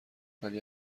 ولی